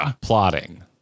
plotting